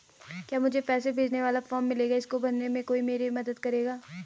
क्या मुझे पैसे भेजने वाला फॉर्म मिलेगा इसको भरने में कोई मेरी मदद करेगा?